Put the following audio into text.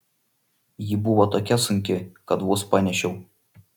ji buvo tokia sunki kad vos panešiau